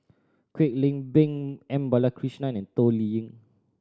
Kwek Leng Beng M Balakrishnan and Toh Liying